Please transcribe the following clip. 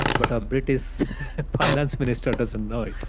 but a british finance minister doesn't know